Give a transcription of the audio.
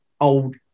old